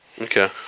Okay